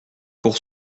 pour